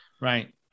Right